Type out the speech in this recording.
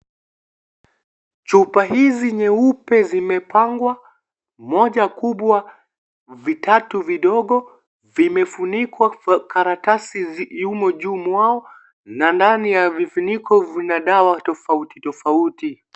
Chupa hizi nyeupe zimepangwa moja kubwa vitatu vidogo vimefunikwa karatasi uliomo juu mwao na ndani ya vifuniko vina dawa tofautitofauti.